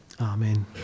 Amen